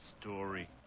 story